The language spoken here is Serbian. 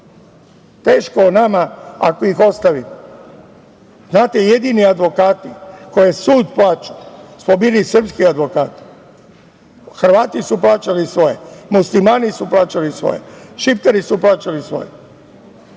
Teško nama ako ih ostavimo. Znate, jedini advokati koje sud plaća smo bili sudski advokati. Hrvati su plaćali svoje, muslimani su plaćali svoje, Šiptari su plaćali svoje.